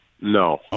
No